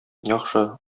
яхшы